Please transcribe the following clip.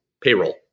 payroll